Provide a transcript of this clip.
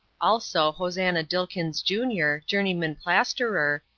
also hosannah dilkins, jr, journeyman plasterer,